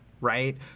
Right